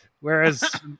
Whereas